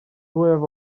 fwyaf